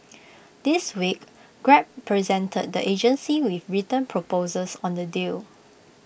this week grab presented the agency with written proposals on the deal